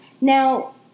Now